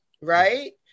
right